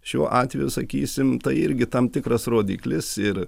šiuo atveju sakysim tai irgi tam tikras rodiklis ir